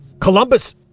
Columbus